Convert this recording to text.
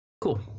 Cool